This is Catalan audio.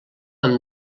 amb